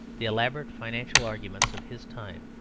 the elaborate financial arguments of his time,